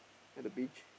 at the beach